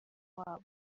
wabo